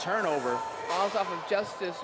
turnover justice